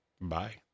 bye